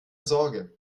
sorge